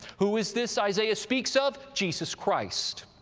who is this isaiah speaks of? jesus christ.